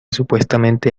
supuestamente